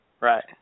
right